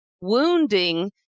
wounding